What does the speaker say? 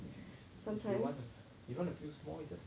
if if if you want you don't want to feel small you just